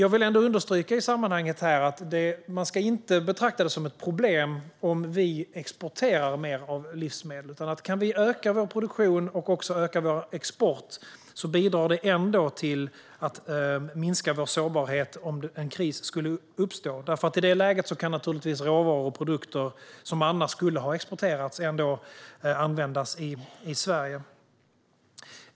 I sammanhanget vill jag ändå understryka att man inte ska betrakta det som ett problem om vi exporterar mer livsmedel, för kan vi öka vår produktion och också öka vår export bidrar det ändå till att minska vår sårbarhet om en kris skulle uppstå. I det läget kan nämligen råvaror och produkter som annars skulle ha exporterats användas i Sverige.